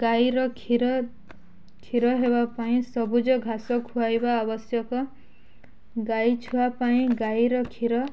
ଗାଈର କ୍ଷୀର କ୍ଷୀର ହେବା ପାଇଁ ସବୁଜ ଘାସ ଖୁଆାଇବା ଆବଶ୍ୟକ ଗାଈ ଛୁଆ ପାଇଁ ଗାଈର କ୍ଷୀର